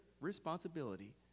responsibility